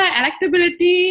electability